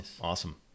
Awesome